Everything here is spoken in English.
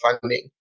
funding